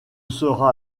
sera